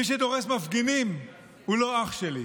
מי שדורס מפגינים הוא לא אח שלי,